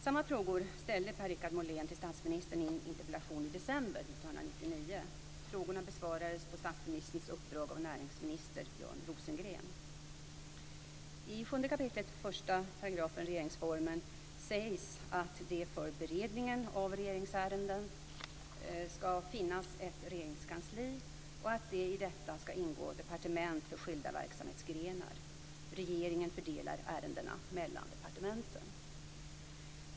Samma frågor ställde Per-Richard Molén till statsministern i en interpellation i december 1999. Frågorna besvarades på statsministerns uppdrag av näringsminister Björn Rosengren. I 7 kap. 1 § regeringsformen sägs att det för beredningen av regeringsärenden ska finnas ett regeringskansli och att det i detta ska ingå departement för skilda verksamhetsgrenar. Regeringen fördelar ärendena mellan departementen.